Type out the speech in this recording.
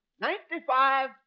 Ninety-five